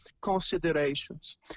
considerations